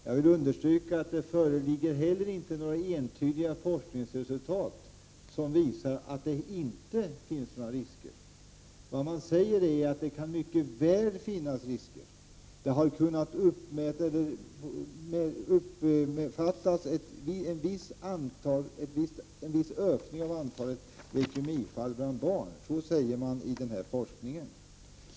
Jag vill understryka att det inte heller föreligger några entydiga forskningsresultat som visar att det inte finns några risker. Vad man säger är att det mycket väl kan finnas risker. En viss ökning av antalet leukemifall bland barn har kunnat noteras. Så säger man inom forskningen.